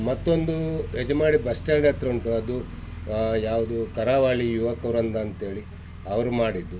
ಮತ್ತೊಂದು Ejmadi bus stand ಹತ್ತಿರ ಉಂಟು ಅದು ಯಾವುದು ಕರಾವಳಿ ಯುವಕ ವೃಂದ ಅಂತ್ಹೇಳಿ ಅವರು ಮಾಡಿದ್ದು